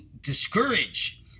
discourage